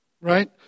right